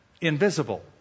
invisible